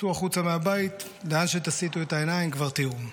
צאו החוצה מהבית, לאן שתסיטו את העיניים כבר תראו.